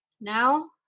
now